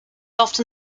often